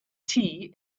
tea